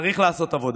צריך לעשות עבודה.